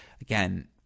again